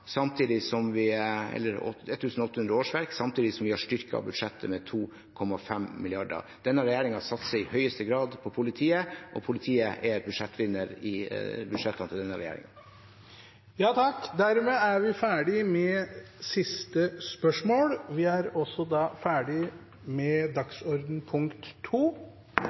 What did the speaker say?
årsverk, samtidig som vi har styrket budsjettet med 2,5 mrd. kr. Denne regjeringen satser i høyeste grad på politiet, og politiet er en budsjettvinner i budsjettene til denne regjeringen. Dermed er sak nr. 2 ferdigbehandlet. Det foreligger ikke noe referat. Dermed er